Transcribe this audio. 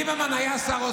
אתה מדבר על גופו של אדם.